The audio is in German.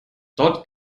dort